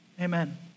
Amen